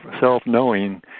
self-knowing